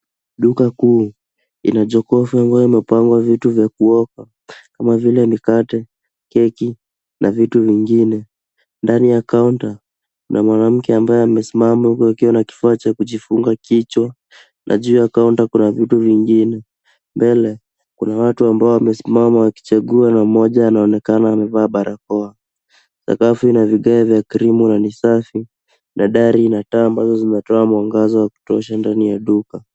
Duka kuu ina jokofu ambayo imepangwa vitu vya kuoka kama vile mikate, keki na vitu vingine. Ndani ya kaunta kuna mwanamke ambaye amesimma huku akiwa na kifaa cha kujifunga kichwa na juu ya kaunta kuna vitu vingine. Mbele, kuna watu ambao wamesimama wakichagua na mmoja anaonekana amevaa barakoa. Sakafu ina vigae vya krimu na ni safi na dari ina taa ambazo zinatoa mwangaza wa kutosha ndani ya duka.